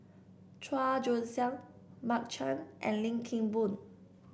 Chua Joon Siang Mark Chan and Lim Kim Boon